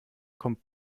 kommt